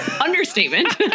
understatement